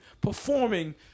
performing